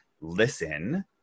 listen